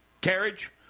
carriage